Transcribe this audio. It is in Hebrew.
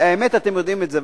באמת, אתם יודעים את זה.